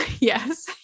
yes